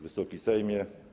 Wysoki Sejmie!